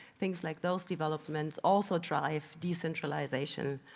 things like those developments also drive decentralisation.